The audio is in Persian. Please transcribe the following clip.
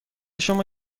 شما